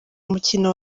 umukino